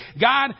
God